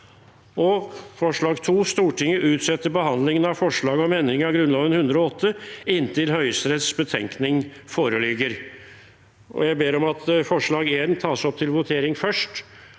forslag nr. 2: «Stortinget utsetter behandlingen av forslaget om endring av Grunnloven § 108 inntil Høyesteretts betenkning foreligger.» Jeg ber om at forslag nr. 1 tas opp til votering først.